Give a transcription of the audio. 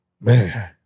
Man